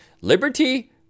Liberty